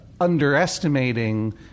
underestimating